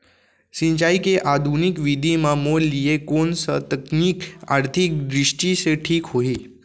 सिंचाई के आधुनिक विधि म मोर लिए कोन स तकनीक आर्थिक दृष्टि से ठीक होही?